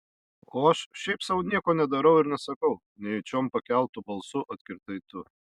o aš šiaip sau nieko nedarau ir nesakau nejučiom pakeltu balsu atkirtai tu